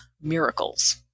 miracles